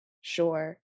Sure